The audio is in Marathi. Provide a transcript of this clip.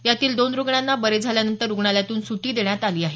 यातील दोन रुग्णांना बरे झाल्यानंतर रुग्णालयातून सुटी देण्यात आली आहे